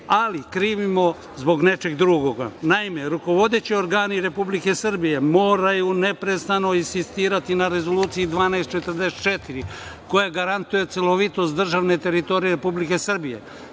ali krivimo zbog nečeg drugog. Naime, rukovodeći organi Republike Srbije moraju neprestano insistirati na Rezoluciji 1244 koja garantuje celovitost državne teritorije Republike Srbije.